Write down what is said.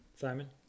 Simon